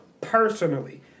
personally